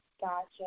Gotcha